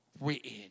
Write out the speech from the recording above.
Written